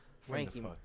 Frankie